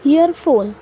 earphone